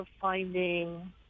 finding